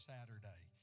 Saturday